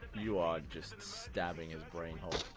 you are just stabbing his brain hole.